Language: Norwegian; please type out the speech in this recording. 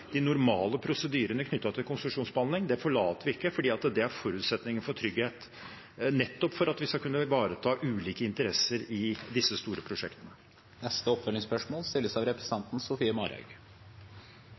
de normale prosedyrene knyttet til konsesjonsbehandling forlater vi ikke, for det er forutsetningen for trygghet for at vi nettopp skal kunne ivareta ulike interesser i disse store prosjektene. Sofie Marhaug – til oppfølgingsspørsmål.